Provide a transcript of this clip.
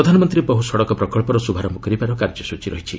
ପ୍ରଧାନମନ୍ତ୍ରୀ ବହୁ ସଡ଼କ ପ୍ରକଳ୍ପର ଶ୍ରଭାରମ୍ଭ କରିବାର କାର୍ଯ୍ୟସ୍ଚୀ ରହିଛି